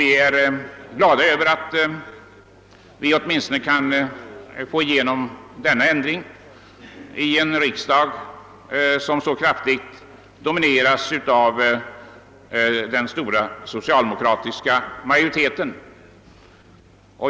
Vi är glada över att ha fått igenom åtminstone detta krav i en riksdag, som så kraftigt domineras av en socialdemokratisk majoritet.